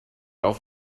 auf